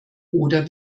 oder